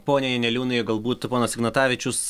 pone janeliūnai o galbūt ponas ignatavičius